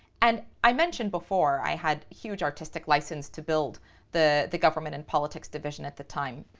and i mentioned before, i had huge artistic license to build the the government and politics division at the time,